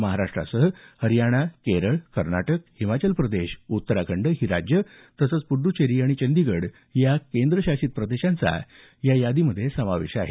महाराष्ट्रासह हरियाणा केरळ कर्नाटक हिमाचल प्रदेश उत्तराखंड ही राज्यं तसंच पुडुचेरी आणि चंडीगड या केंद्रशासित प्रदेशांचा या यादीत समावेश आहे